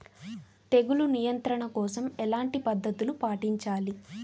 తెగులు నియంత్రణ కోసం ఎలాంటి పద్ధతులు పాటించాలి?